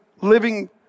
living